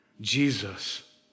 Jesus